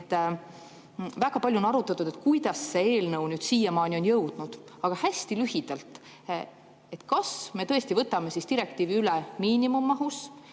Väga palju on arutatud, kuidas see eelnõu siiamaani on jõudnud. Küsin hästi lühidalt: kas me tõesti võtame direktiivi üle miinimummahus